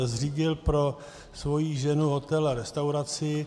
Zřídil pro svoji ženu hotel a restauraci.